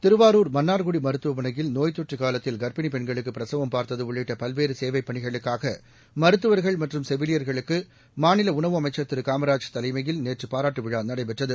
திருவாரூர் மன்னார்குடி மருத்துவமனையில் நோய் தொற்று காலத்தில் கா்ப்பிணி பெண்களுக்கு பிரசவம் பார்த்து உள்ளிட்ட பல்வேறு சேவை பணிகளுக்காக மருத்துவர்கள் மற்றும் செவிலியர்களுக்கு மாநில உணவு அமைச்சர் திரு காமராஜ் தலைமையில் நேற்று பாராட்டு விழா நடைபெற்றது